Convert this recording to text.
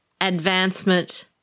advancement